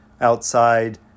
outside